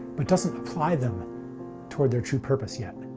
but doesn't apply them toward their true purpose yet.